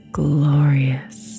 glorious